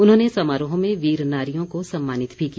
उन्होंने समारोह में वीर नारियों को सम्मानित भी किया